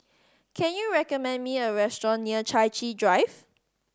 can you recommend me a restaurant near Chai Chee Drive